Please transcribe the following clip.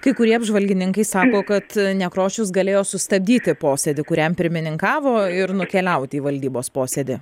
kai kurie apžvalgininkai sako kad nekrošius galėjo sustabdyti posėdį kuriam pirmininkavo ir nukeliauti į valdybos posėdį